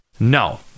No